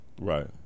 Right